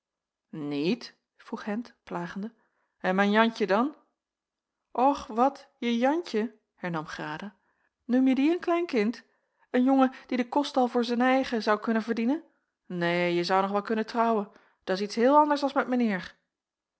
niet vroeg hendt plagende en mijn jantje dan och wat je jantje hernam grada noemje die een klein kind een jongen die de kost al voor zen eigen zou kunnen verdienen neen jij zou nog wel kunnen trouwen dat's iets heel anders als met